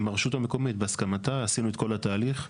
עם הרשות המקומית והסכמתה עשינו את כל התהליך,